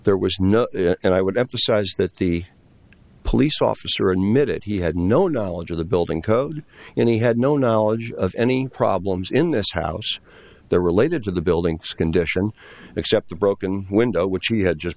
there was no and i would emphasize that the police officer a minute he had no knowledge of the building code and he had no knowledge of any problems in this house there related to the building condition except the broken window which he had just